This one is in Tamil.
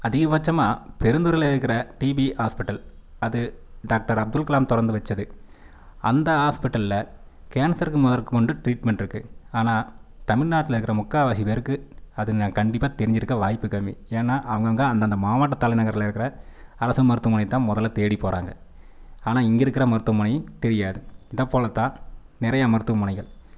அதிகபட்சமாக பெருந்துறையில் இருக்கிற டிபி ஹாஸ்பிட்டல் அது டாக்டர் அப்துல்கலாம் திறந்து வச்சது அந்த ஹாஸ்பிட்டலில் கேன்சருக்கு முதற்கொண்டு ட்ரீட்மெண்ட் இருக்குது ஆனால் தமிழ்நாட்டில் இருக்கிற முக்கால்வாசி பேருக்கு அது ந கண்டிப்பாக தெரிஞ்சிருக்க வாய்ப்பு கம்மி ஏன்னா அங்கேங்க அந்தந்த மாவட்டத் தலைநகரில் இருக்கிற அரசு மருத்துவமனைக்கு தான் முதல்ல தேடி போகிறாங்க ஆனால் இங்கே இருக்கிற மருத்துவமனை தெரியாது அதபோலத்தான் நிறைய மருத்துவமனைகள்